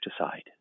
aside